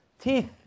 teeth